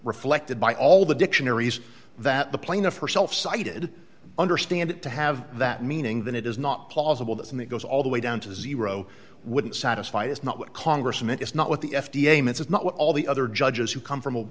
reflected by all the dictionaries that the plaintiff herself cited understand it to have that meaning than it is not plausible that and it goes all the way down to zero wouldn't satisfy is not what congressman it's not what the f d a meant is not what all the other judges who come from a